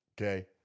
okay